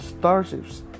Starships